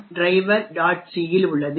c இல் உள்ளது